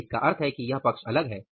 यानी इसका मतलब है कि यह पक्ष अलग है